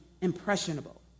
impressionable